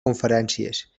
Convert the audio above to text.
conferències